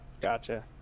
Gotcha